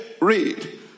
Read